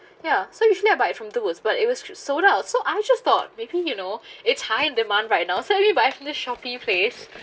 ya so usually I buy from them was but it was just sold out so I just thought maybe you know it's high demand right now so only I buy from the Shopee place